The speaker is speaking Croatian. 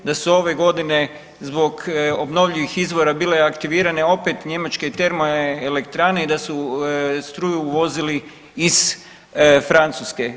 Da su ove godine zbog obnovljivih izvora bile aktivirane opet njemačke termoelektrane i da su struju uvozili iz Francuske.